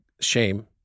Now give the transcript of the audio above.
shame